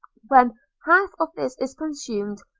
when half of this is consumed,